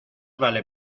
vale